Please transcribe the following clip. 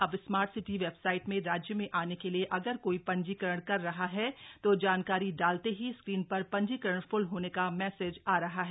अब smart city website में राज्य में आने के लिए अगर कोई जीकरण कर रहा है तो जानकारी डालते ही स्क्रीन र जीकरण फ्ल होने का मैसेज आ रहा है